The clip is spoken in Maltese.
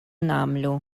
nagħmlu